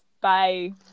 Bye